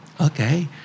Okay